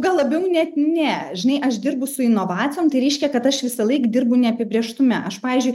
gal labiau net ne žinai aš dirbu su inovacijom tai reiškia kad aš visąlaik dirbu neapibrėžtume aš pavyzdžiui